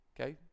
okay